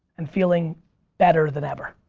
and feeling better than ever.